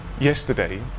yesterday